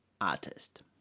artist